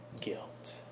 guilt